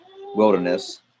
wilderness